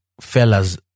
fellas